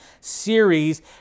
series